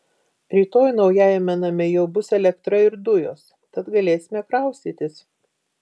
rytoj naujajame name jau bus elektra ir dujos tad galėsime kraustytis